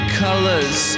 colors